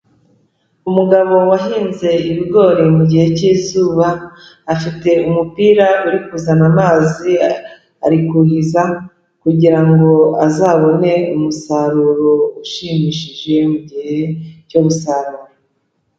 Umugabo wahinze ibigori mugihe cyizuba, afite umupira uri kuzana amazi, ari kuhiza kugirango azabone umusaruro ushimishije mugihe cyo gusarura.